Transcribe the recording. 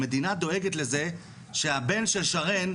המדינה דואגת לזה שהבן של שרן,